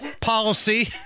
policy